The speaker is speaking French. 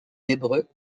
hébreux